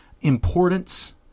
importance